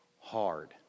hard